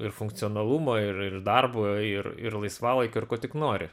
ir funkcionalumo ir ir darbo ir ir laisvalaikio ir ko tik nori